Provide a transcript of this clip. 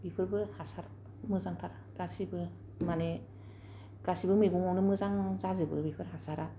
बिफोरबो हासार मोजांथार गासिबो माने गासिबो मैगंआवनो मोजां जाजोबो बेफोर हासारा